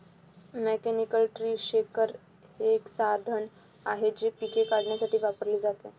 mechanical tree shaker हे एक साधन आहे जे पिके काढण्यासाठी वापरले जाते